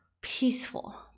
peaceful